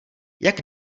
jak